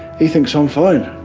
he thinks i'm fine.